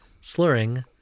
slurring